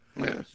Yes